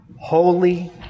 Holy